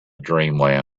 dreamland